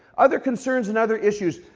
other concerns and other issues,